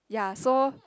ya so